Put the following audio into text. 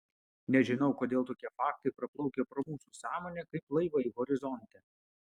nežinau kodėl tokie faktai praplaukia pro mūsų sąmonę kaip laivai horizonte